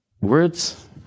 words